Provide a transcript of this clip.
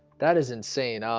that is insane um